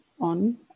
on